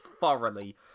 thoroughly